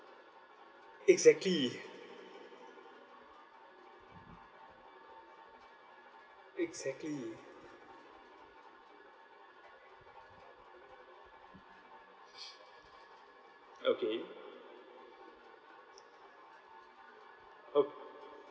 exactly exactly okay oh